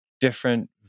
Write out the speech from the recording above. different